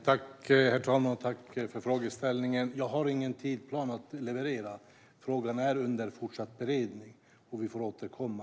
Herr talman! Jag tackar för frågan. Jag har ingen tidsplan att leverera. Frågan är under fortsatt beredning, och vi får återkomma.